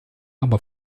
aber